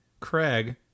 craig